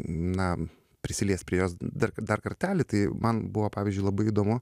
na prisiliest prie jos dar dar kartelį tai man buvo pavyzdžiui labai įdomu